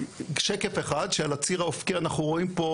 שקף אחד שעל הציר האופקי אנחנו רואים פה